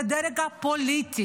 זה הדרג הפוליטי.